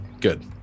good